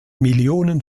millionen